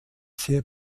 sehr